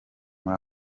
muri